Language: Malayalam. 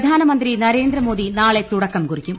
പ്രധാനമന്ത്രി നരേന്ദ്രമോദി നാളെ തുടക്കം കുറിക്കും